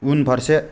उनफारसे